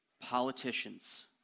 politicians